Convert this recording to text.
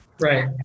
Right